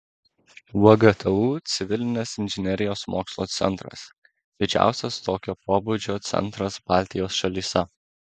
vgtu civilinės inžinerijos mokslo centras didžiausias tokio pobūdžio centras baltijos šalyse